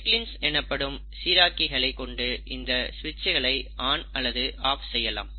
cyclins எனப்படும் சீராக்கிகளைக் கொண்டு இந்த சுவிட்சுகளை ஆன் அல்லது ஆஃப் செய்யலாம்